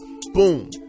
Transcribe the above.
Boom